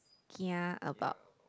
kia about